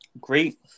great